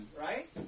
right